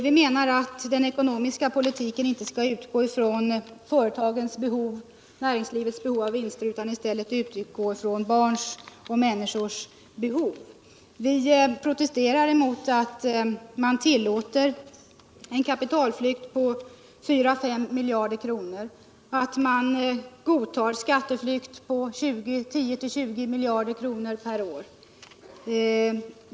Vi anser att den ekonomiska politiken inte skall utgå från företagens och näringslivets behov av vinster utan från barnens och andra människors behov. Vi protesterar mot att man tillåter en kapitalflykt på 4 å 5 miljarder kronor och att man godtar en skatteflykt på 10 å 20 miljarder kronor per år.